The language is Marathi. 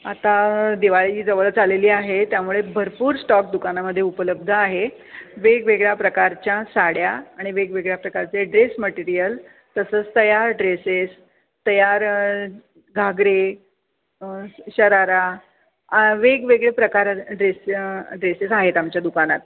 आता दिवाळी जवळच आलेली आहे त्यामुळे भरपूर स्टॉक दुकानामध्ये उपलब्ध आहे वेगवेगळ्या प्रकारच्या साड्या आणि वेगवेगळ्या प्रकारचे ड्रेस मटेरियल तसंच तयार ड्रेसेस तयार घागरे शरारा वेगवेगळे प्रकार ड्रेसे ड्रेसेस आहेत आमच्या दुकानात